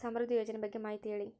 ಸಮೃದ್ಧಿ ಯೋಜನೆ ಬಗ್ಗೆ ಮಾಹಿತಿ ಹೇಳಿ?